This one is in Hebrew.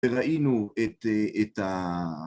וראינו את את ה..